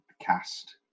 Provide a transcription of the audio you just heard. cast